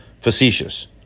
facetious